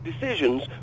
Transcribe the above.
decisions